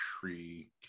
tree